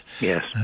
Yes